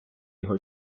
його